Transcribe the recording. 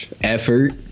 effort